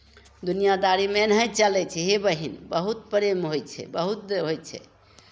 दुनिआँदारीमे एनाही चलै छै हे बहीन बहुत प्रेम होइ छै बहुत होइ छै